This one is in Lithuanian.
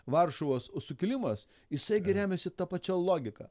varšuvos u sukilimas isai gi remiasi ta pačia logika